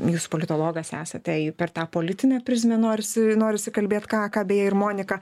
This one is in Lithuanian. jūs politologas esate jei per tą politinę prizmę norisi norisi kalbėt ką ką beje ir monika